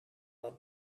love